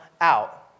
out